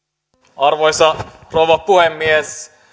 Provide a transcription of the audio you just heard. arvoisa rouva puhemies